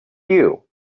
queue